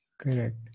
Correct